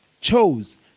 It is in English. chose